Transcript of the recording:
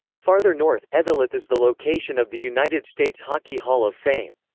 farther north, eveleth is the location of the united states hockey hall of fame.